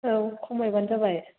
औ खमायबानो जाबाय